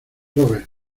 rober